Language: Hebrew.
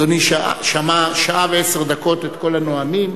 אדוני שמע שעה ועשר דקות את כל הנואמים,